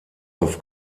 auf